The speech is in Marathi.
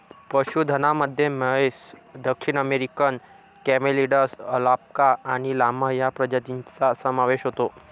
पशुधनामध्ये म्हैस, दक्षिण अमेरिकन कॅमेलिड्स, अल्पाका आणि लामा या प्रजातींचा समावेश होतो